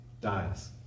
dies